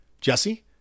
Jesse